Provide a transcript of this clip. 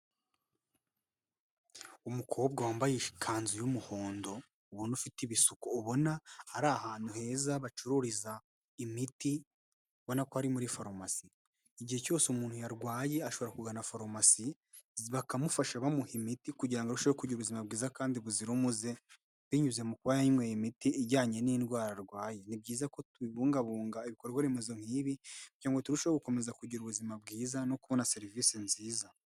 Umukobwa wambaye ikanzu y'umuhondo ubona ufite ibisuko, ubona ari ahantu heza bacururiza imiti ubona ko ari muri farumasi, igihe cyose umuntu yarwaye ashobora kugana farumasi bakamufasha bamuha imiti kugira ngo arusheho kugira ubuzima bwiza kandi buzira umuze binyuze mu kuba yanyweye imiti ijyanye n'indwara arwaye, ni byiza ko tubibungabunga ibikorwaremezo nk'ibi kugirango ngo turusheho gukomeza kugira ubuzima bwiza no kubona serivisi nziza.